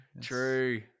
true